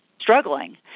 struggling